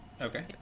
okay